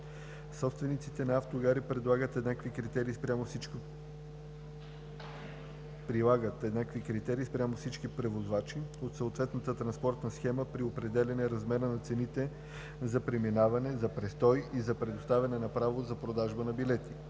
Собствениците на автогари прилагат еднакви критерии спрямо всички превозвачи от съответната транспортна схема при определяне размера на цените за преминаване, за престой и за предоставяне на право за продажба на билети.“